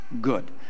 good